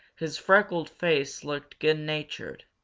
his freckled face looked good-natured.